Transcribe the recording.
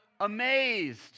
amazed